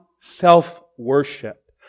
self-worship